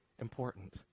important